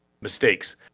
mistakes